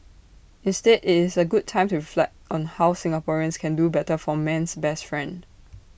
instead IT is A good time to reflect on how Singaporeans can do better for man's best friend